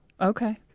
Okay